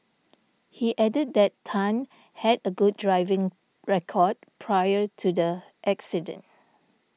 he added that Tan had a good driving record prior to the accident